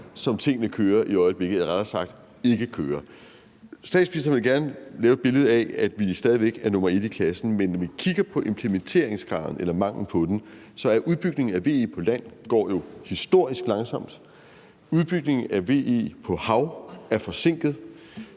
som tingene kører i øjeblikket, eller rettere sagt, som de ikke kører. Statsministeren vil gerne tegne et billede af, at vi stadig væk er nummer et i klassen, men når vi kigger på implementeringsgraden – eller manglen på den – så går udbygningen af VE på land jo historisk langsomt. Udbygningen af VE på havet er forsinket,